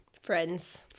Friends